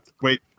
wait